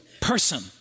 person